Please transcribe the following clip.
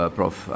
Prof